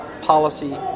policy